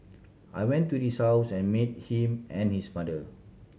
I went to his house and met him and his mother